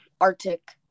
Arctic